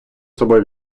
собою